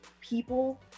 people